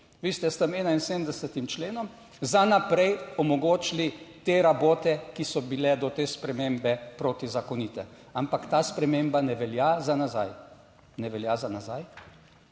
Vi ste s tem 71. členom za naprej omogočili te rabote, ki so bile do te spremembe protizakonite, ampak ta sprememba ne velja za nazaj, ne velja za nazaj.